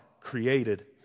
created